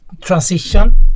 transition